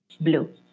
Blue